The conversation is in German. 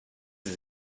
sie